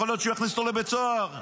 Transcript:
יכול להיות שהוא יכניס אותו לבית סוהר וכו'